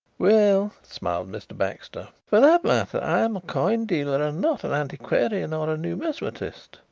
well, smiled mr. baxter, for that matter i am a coin dealer and not an antiquarian or a numismatist.